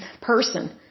person